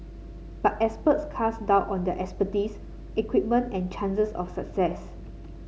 but experts cast doubt on their expertise equipment and chances of success